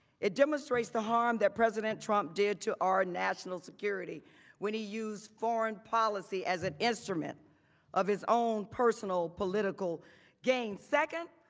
it demonstrates the harm that president trump did to our national security when he used foreign policy as an instrument of his own personal political gain. second,